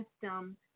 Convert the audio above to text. system